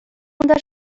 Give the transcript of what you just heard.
унта